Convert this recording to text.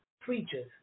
Preachers